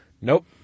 Nope